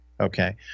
Okay